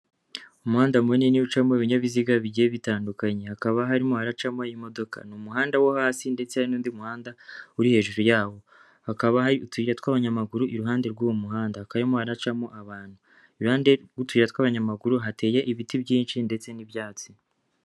Umuhanda munini ucamo ibinyabiziga bigiye bitandukanye, hakaba harimo haracamo imodoka ni umuhanda wo hasi, ndetse n'undi muhanda, uri hejuru yawo, hakaba hari uturyo tw'abanyamaguru iruhande rw'uwo muhanda, hakaba harimo aharacamo abantu, iruhande rw'utuyira tw'abanyamaguru, hateye ibiti byinshi ndetse n'ibyatsi.